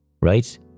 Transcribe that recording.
right